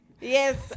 Yes